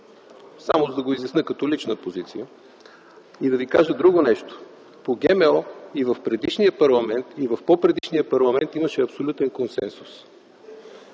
Само да го изясня като лична позиция. И да ви кажа друго нещо. По ГМО и в предишния и в по-предишния парламент имаше абсолютен консенсус,